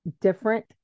different